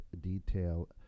detail